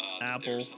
apple